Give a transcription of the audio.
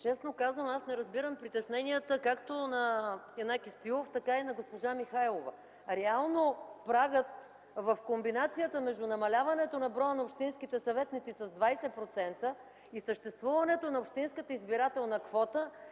Честно казано, не разбирам притесненията както на Янаки Стоилов, така и на госпожа Михайлова. Реално прагът в комбинацията между намаляването на броя на общинските съветници с 20% и съществуването на общинската избирателна квота